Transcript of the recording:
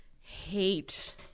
hate